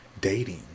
dating